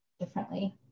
differently